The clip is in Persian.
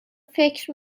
فکر